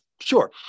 Sure